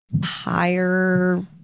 higher